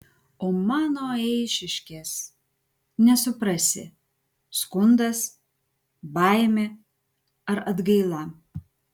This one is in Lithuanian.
o mano eišiškės nesuprasi skundas baimė ar atgaila